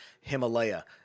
Himalaya